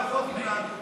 את במליאת הכנסת או,